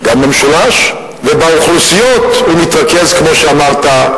גם במשולש, ובאוכלוסיות הוא מתרכז כמו שאמרת,